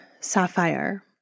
sapphire